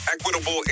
equitable